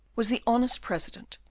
was the honest president,